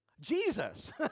Jesus